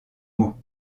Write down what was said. mots